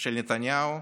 של נתניהו,